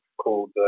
called